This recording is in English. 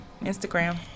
instagram